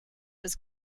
was